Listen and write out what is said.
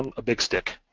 um a big stick,